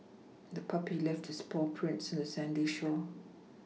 the puppy left its paw prints on the sandy shore